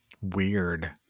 Weird